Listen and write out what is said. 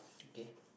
K